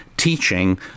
teaching